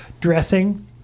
dressing